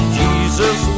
jesus